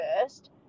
first